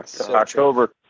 October